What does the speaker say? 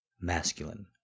Masculine